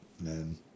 man